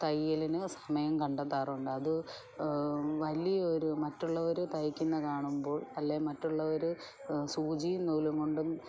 തയ്യലിന് സമയം കണ്ടെത്താറുണ്ട് അത് വലിയൊരു മറ്റുള്ളവർ തയ്ക്കുന്ന കാണുമ്പോൾ അല്ലേ മറ്റുള്ളവർ സൂചിയും നൂലും കൊണ്ട്